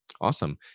awesome